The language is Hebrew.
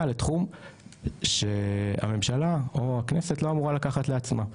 לתחום שהממשלה או הכנסת לא אמורה לקחת לעצמה.